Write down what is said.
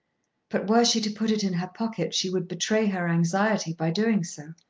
but were she to put it in her pocket she would betray her anxiety by doing so.